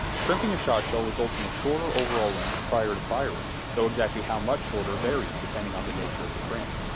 crimping a shotshell results in a shorter overall length prior to firing though exactly how much shorter varies depending on the nature of the crimp.